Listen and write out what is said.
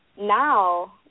Now